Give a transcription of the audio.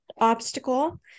obstacle